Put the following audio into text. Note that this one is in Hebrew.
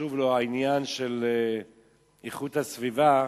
חשוב לו העניין של איכות הסביבה,